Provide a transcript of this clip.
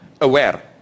aware